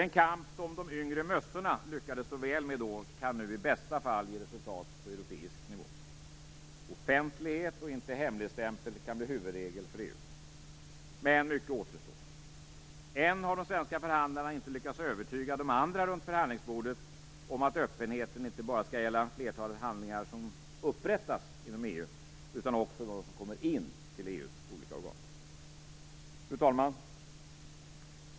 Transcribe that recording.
Den kamp som de yngre mössorna lyckades så väl med då kan nu i bästa fall ge resultat på europeisk nivå. Offentlighet och inte hemligstämpel kan bli huvudregel för EU, men mycket återstår. Än har de svenska förhandlarna inte lyckats övertyga de andra runt förhandlingsbordet om att öppenheten inte bara skall gälla flertalet handlingar som upprättas inom EU utan också de som kommer in till EU:s olika organ. Fru talman!